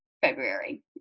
February